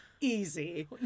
Easy